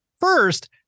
first